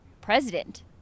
president